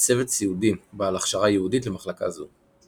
וצוות סיעודי בעל הכשרה ייעודית למחלקה זו.